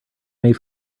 made